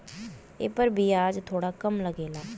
एपर बियाज थोड़ा कम लगला